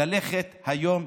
ללכת היום,